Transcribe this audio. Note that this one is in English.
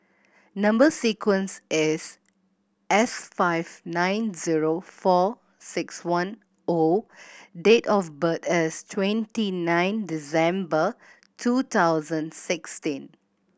number sequence is S five nine zero four six one O date of birth is twenty nine December two thousand sixteen